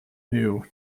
new